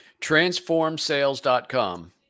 Transformsales.com